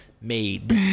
Made